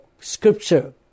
scripture